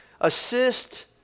assist